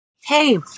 Hey